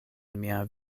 mia